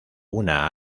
una